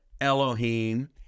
Elohim